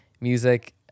music